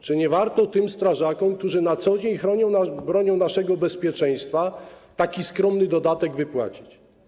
Czy nie warto tym strażakom, którzy na co dzień bronią naszego bezpieczeństwa, taki skromny dodatek wypłacić?